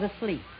asleep